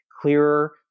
clearer